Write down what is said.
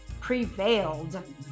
prevailed